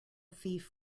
thief